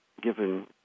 given